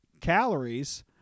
calories